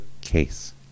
case